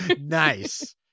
Nice